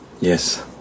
Yes